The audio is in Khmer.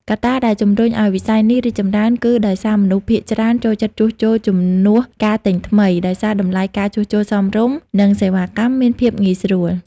កត្តាដែលជម្រុញឱ្យវិស័យនេះរីកចម្រើនគឺដោយសារមនុស្សភាគច្រើនចូលចិត្តជួសជុលជំនួសការទិញថ្មី ដោយសារតម្លៃការជួសជុលសមរម្យ និងសេវាកម្មមានភាពងាយស្រួល។